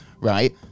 right